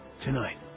Tonight